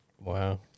Wow